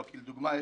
לדוגמה,